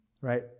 Right